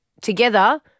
Together